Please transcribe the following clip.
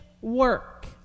work